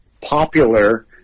popular